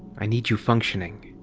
i need you functioning.